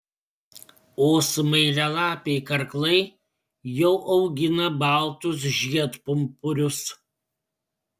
o smailialapiai karklai jau augina baltus žiedpumpurius